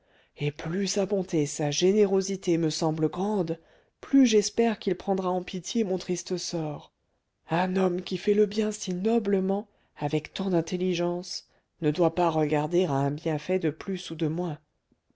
et plus sa bonté sa générosité me semblent grandes plus j'espère qu'il prendra en pitié mon triste sort un homme qui fait le bien si noblement avec tant d'intelligence ne doit pas regarder à un bienfait de plus ou de moins